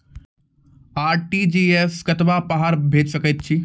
RTGS सअ कतबा पाय बाहर भेज सकैत छी?